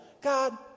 God